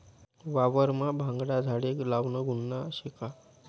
वावरमा भांगना झाडे लावनं गुन्हा शे का?